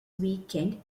weekend